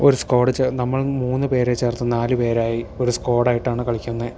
ഒരു സ്കോഡ് നമ്മൾ മൂന്നു പേരെ ചേർത്ത് നാല് പേരായി ഒരു സ്കോഡായിട്ടാണ് കളിക്കുന്നത്